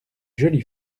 jolie